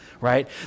right